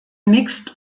mixed